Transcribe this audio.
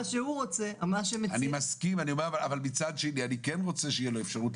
אני מבקש שלא יצביעו לפני שיהיה כאן פתרון.